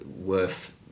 worth